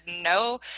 no